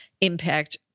impact